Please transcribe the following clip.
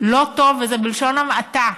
לא טוב, וזה בלשון המעטה,